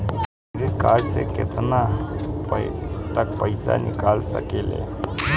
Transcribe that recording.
Credit card से केतना तक पइसा निकाल सकिले?